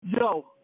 yo –